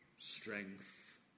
strength